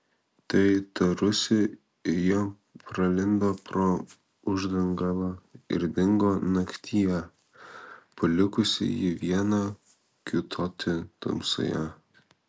tai tarusi ji pralindo pro uždangalą ir dingo naktyje palikusi jį vieną kiūtoti tamsoje